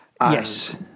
Yes